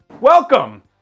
Welcome